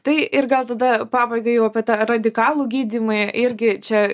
tai ir gal tada pabaigai apie tą radikalų gydymą irgi čia